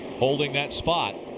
holding that spot.